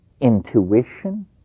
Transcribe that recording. intuition